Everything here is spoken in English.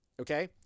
Okay